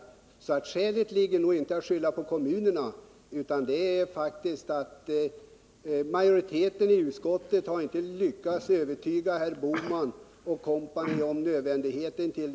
Skälet till att det nu rådande läget uppstått kan alltså inte vara att söka hos kommunerna, utan det är snarare så att utskottsmajoriteten inte har lyckats övertyga herr Bohman & Co. om nödvändigheten av en satsning på detta område.